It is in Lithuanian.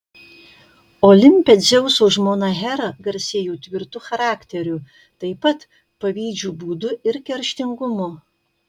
olimpe dzeuso žmona hera garsėjo tvirtu charakteriu taip pat pavydžiu būdu ir kerštingumu